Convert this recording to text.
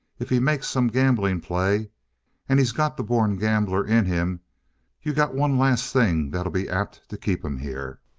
if he makes some gambling play and he's got the born gambler in him you got one last thing that'll be apt to keep him here.